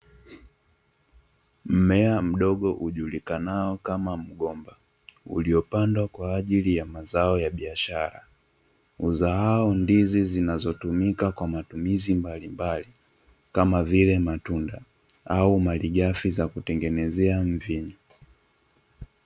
Mmea mdogo ujulikanao kama mgomba uliopandwa kwaajili ya mazao ya biashara, uzaao ndizi zinazotumika kwa matumizi mbalimbali kama vile: matunda au malighafi za kutengenezea mvinyu.